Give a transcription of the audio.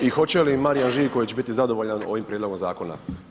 I hoće li Marijan Živković biti zadovoljan ovim prijedlogom zakona?